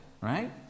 Right